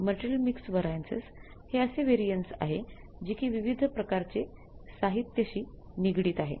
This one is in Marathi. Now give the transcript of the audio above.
Material Mix Variances हे असे व्हॅरियन्स आहे जे कि विविध प्रकारचे साहित्यशी निगडित आहे